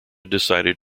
decided